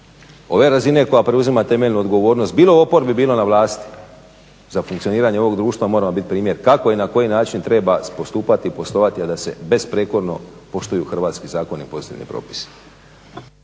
ova razine koja preuzima temeljnu odgovornost bilo oporbe bilo na vlasti za funkcioniranje ovog društva moramo biti primjer kako i na koji način treba postupati, poslovati a da se besprijekorno poštuju hrvatski zakoni, posebno propisi.